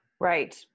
Right